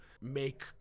make